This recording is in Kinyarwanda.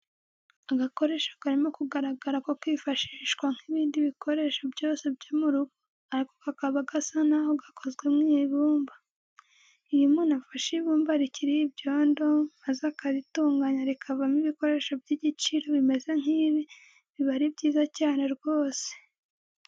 Agakoresho karimo kugaragara ko kifashishwa nk'ibindi bikoresho byose byo mu rugo ariko kakaba gasa naho gakozwe mu ibumba. Iyo umuntu afashe ibumba rikiri ibyondo maze akaritunganya rikavamo ibikoresho by'igiciro bimeze nk'ibi, biba ari byiza cyane rwose.